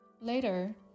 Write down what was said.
Later